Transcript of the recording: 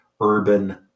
urban